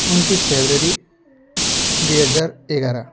उन्तिस फेब्रुअरी दुई हजार एघार